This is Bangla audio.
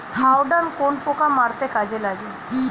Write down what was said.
থাওডান কোন পোকা মারতে কাজে লাগে?